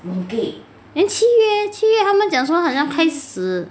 then 七月 eh 七月他们讲说好像开始